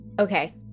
Okay